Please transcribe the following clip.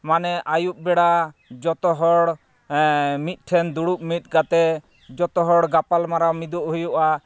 ᱢᱟᱱᱮ ᱟᱹᱭᱩᱵ ᱵᱮᱲᱟ ᱡᱚᱛᱚ ᱦᱚᱲ ᱢᱤᱫ ᱴᱷᱮᱱ ᱫᱩᱲᱩᱵ ᱢᱤᱫ ᱠᱟᱛᱮ ᱡᱚᱛᱚ ᱦᱚᱲ ᱜᱟᱯᱟᱞ ᱢᱟᱨᱟᱣ ᱢᱤᱫᱚᱜ ᱦᱩᱭᱩᱜᱼᱟ